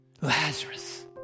Lazarus